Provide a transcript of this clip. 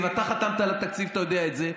אתה חתמת על התקציב, אתה יודע את זה.